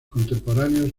contemporáneos